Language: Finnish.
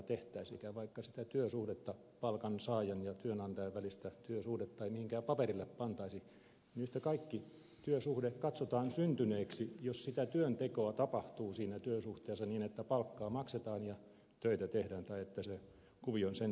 vaikka sitä työsuhdetta palkansaajan ja työnantajan välistä työsuhdetta ei mihinkään perille pantaisi niin yhtä kaikki työsuhde katsotaan syntyneeksi jos sitä työntekoa tapahtuu siinä työsuhteessa niin että palkkaa maksetaan ja töitä tehdään tai että se kuvio on sen tyyppinen